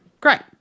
Great